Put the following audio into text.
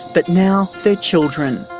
but now their children.